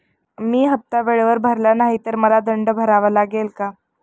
मी हफ्ता वेळेवर भरला नाही तर मला दंड भरावा लागेल का?